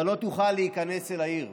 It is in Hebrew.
אבל לא תוכל להיכנס אל העיר.